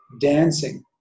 dancing